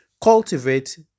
Cultivate